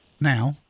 now